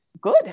good